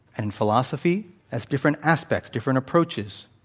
and philosophy as different aspects, different approaches.